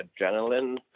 adrenaline